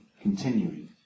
continuing